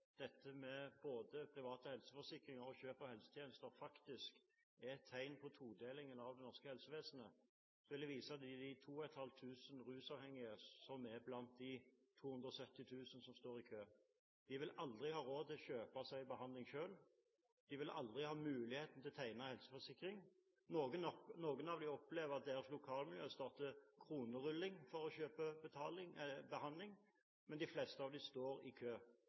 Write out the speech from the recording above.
rusavhengige som er blant de 270 000 som står i kø. De vil aldri ha råd til selv å kjøpe behandling, de vil aldri ha muligheten til å tegne helseforsikring. Noen av dem opplever at lokalmiljøet deres starter kronerulling for å kjøpe behandling, men de fleste av dem står i kø.